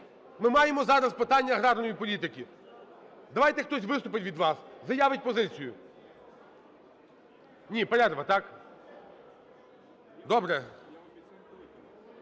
Ми маємо зараз питання аграрної політики. Давайте хтось виступить від вас, заявить позицію. Ні, перерва, так? Добре.